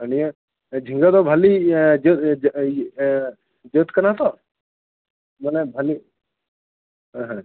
ᱟᱨ ᱱᱤᱭᱟᱹ ᱡᱷᱤᱜᱟᱹ ᱫᱚ ᱵᱷᱟᱹᱞᱤ ᱤᱭᱟᱹ ᱡᱟᱹᱛ ᱠᱟᱱᱟ ᱛᱚ ᱢᱟᱱᱮ ᱵᱷᱟᱹᱞᱤ ᱦᱮᱸ ᱦᱮᱸ